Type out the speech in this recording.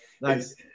Nice